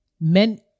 men